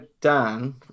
Dan